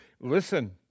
Listen